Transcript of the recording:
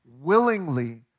willingly